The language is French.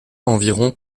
environ